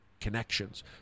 connections